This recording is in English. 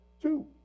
two